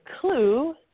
clue